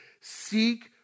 seek